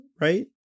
right